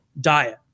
diet